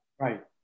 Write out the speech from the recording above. Right